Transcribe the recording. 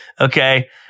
okay